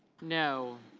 no.